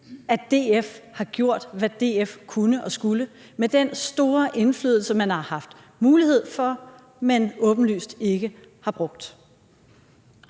at DF har gjort, hvad DF kunne og skulle med den store indflydelse, man har haft mulighed for at bruge, men åbenlyst ikke har brugt?